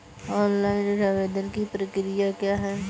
Online ऋण आवेदन की प्रक्रिया क्या है?